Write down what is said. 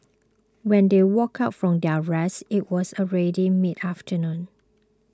when they woke up from their rest it was already midafternoon